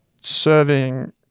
serving